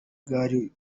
bwari